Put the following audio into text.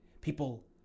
People